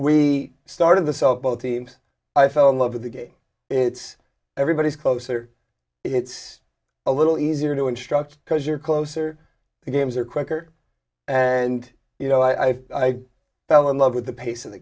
we started the celt both teams i fell in love with the game it's everybody's closer it's a little easier to instruct because you're closer the games are quicker and you know i fell in love with the pace of the